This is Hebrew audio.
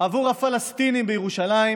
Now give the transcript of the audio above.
עבור הפלסטינים בירושלים